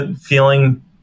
feeling